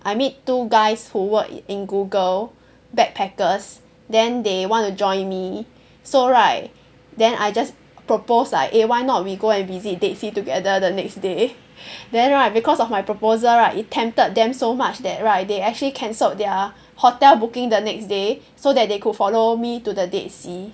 I meet two guys who work in Google backpackers then they want to join me so right then I just proposed like eh why not we go and visit dead sea together the next day then right because of my proposal right it tempted them so much that right they actually cancelled their hotel booking the next day so that they could follow me to the dead sea